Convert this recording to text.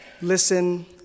Listen